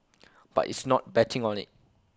but it's not betting on IT